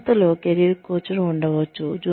సంస్థలో కెరీర్ కోచ్లు ఉండవచ్చు